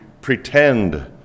pretend